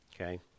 Okay